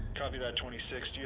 copy that, twenty six.